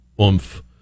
oomph